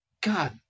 God